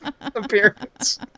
appearance